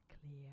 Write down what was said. clear